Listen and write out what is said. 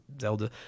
zelda